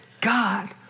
God